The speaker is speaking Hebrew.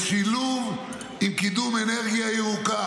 בשילוב עם קידום אנרגיה ירוקה.